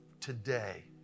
today